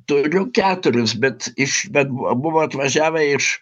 turiu keturis bet iš bet bu buvo atvažiavę iš